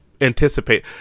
anticipate